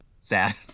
sad